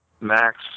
Max